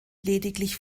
lediglich